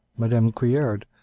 madame couillard,